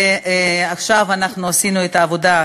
ועכשיו אנחנו עשינו את העבודה יחד.